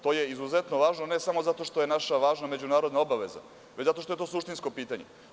To je izuzetno važno ne samo zato što je naša važna međunarodna obaveza, već zato što je to suštinsko pitanje.